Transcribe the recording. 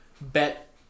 bet